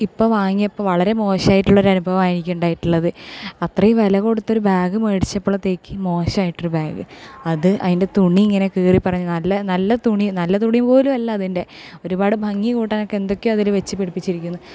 ഇപ്പം വാങ്ങിയപ്പം വളരെ മോശം ആയിട്ടുള്ള ഒരു അനുഭവം ആണ് എനിക്കുണ്ടായിട്ടുള്ളത് അത്രയും വിലകൊടുത്തൊരു ബാഗ് മേടിച്ചപ്പളത്തേക്ക് മോശമായിട്ടൊരു ബാഗ് അത് അതിൻ്റെ തുണി ഇങ്ങനെ കീറിപ്പറിഞ്ഞത് നല്ല നല്ല തുണി നല്ല തുണി പോലും അല്ല അതിൻ്റെ ഒരുപാട് ഭംഗി കൂട്ടാനൊക്കെ എന്തൊക്കെയൊ അതില് വച്ച് പിടിപ്പിച്ചിരിക്കുന്ന്